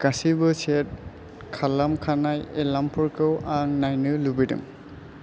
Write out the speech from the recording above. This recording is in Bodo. गासैबो सेट खालामखानाय एलार्मफोरखौ आं नायनो लुबैदों